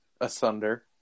asunder